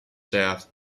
south